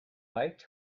biked